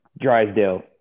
Drysdale